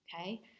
Okay